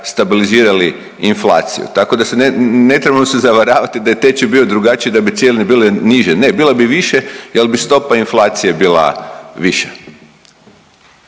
stabilizirali inflaciju, tako da se ne trebamo se zavaravati da je tečaj bio drugačiji da bi cijene bile niže. Ne, bile bi više jer bi stopa inflacije bila viša.